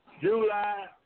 July